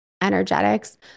energetics